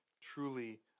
truly